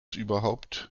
überhaupt